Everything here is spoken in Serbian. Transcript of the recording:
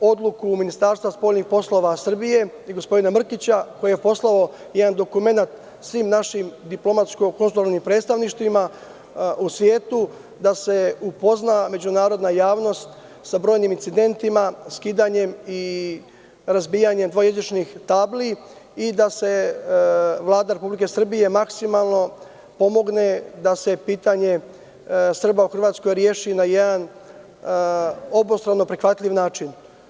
odluku Ministarstva spoljnih poslova Srbije i gospodina Mrkića koji je poslao jedan dokument svim našim DKP u svetu da se upozna međunarodna javnost sa brojnim incidentima, skidanjem i razbijanja dvojezičnih tabli i da se Vlada Republike Srbije maksimalno pomogne da se pitanje Srba u Hrvatskoj reši na jedan obostrano prihvatljiv način.